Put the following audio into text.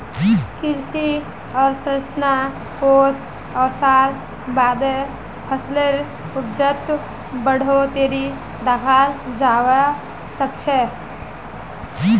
कृषि अवसंरचना कोष ओसवार बादे फसलेर उपजत बढ़ोतरी दखाल जबा सखछे